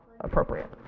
appropriate